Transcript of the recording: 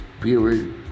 period